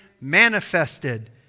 manifested